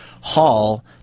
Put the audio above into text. Hall